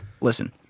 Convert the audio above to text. listen